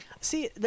See